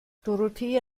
dorothea